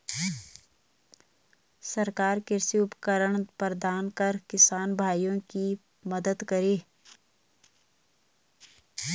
सरकार कृषि उपकरण प्रदान कर किसान भाइयों की मदद करें